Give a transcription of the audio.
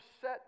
set